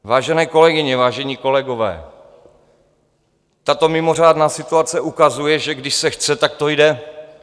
Vážené kolegyně, vážení kolegové, tato mimořádná situace ukazuje, že když se chce, tak to jde.